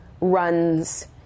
runs